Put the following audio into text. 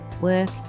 work